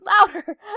louder